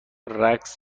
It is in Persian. رقص